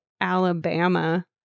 Alabama